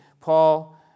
Paul